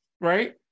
right